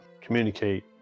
communicate